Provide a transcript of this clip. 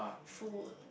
food